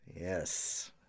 Yes